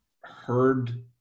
heard